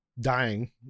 dying